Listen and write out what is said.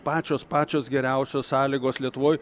pačios pačios geriausios sąlygos lietuvoj